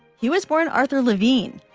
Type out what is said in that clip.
he was born arthur levine.